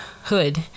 hood